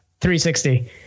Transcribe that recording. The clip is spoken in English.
360